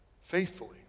faithfully